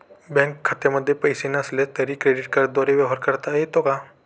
Bank खात्यामध्ये पैसे नसले तरी क्रेडिट कार्डद्वारे व्यवहार करता येतो का?